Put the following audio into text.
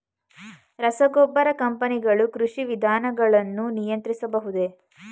ರಸಗೊಬ್ಬರ ಕಂಪನಿಗಳು ಕೃಷಿ ವಿಧಾನಗಳನ್ನು ನಿಯಂತ್ರಿಸಬಹುದೇ?